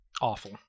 awful